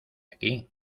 aquí